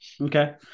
okay